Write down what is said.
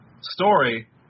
story